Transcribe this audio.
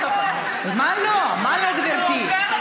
עד שיואל לא ייתן לי לדבר.